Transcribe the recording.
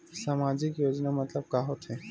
सामजिक योजना मतलब का होथे?